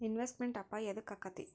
Investment ಅಪಾಯಾ ಯದಕ ಅಕ್ಕೇತಿ?